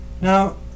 Now